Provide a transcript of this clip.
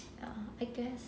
ya I guess